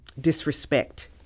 disrespect